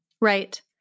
Right